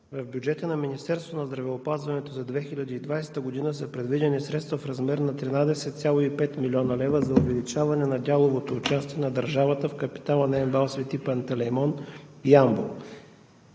В бюджета на Министерството на здравеопазването за 2020 г. са предвидени средства в размер на 13,5 млн. лв. за увеличаване на дяловото участие на държавата в капитала на МБАЛ „Свети Пантелеймон“ –